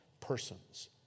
persons